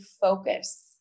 focus